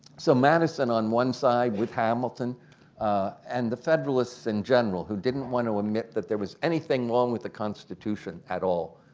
so madison on one side with hamilton and the federalists in general who didn't want to admit that there was anything wrong with the constitution at all,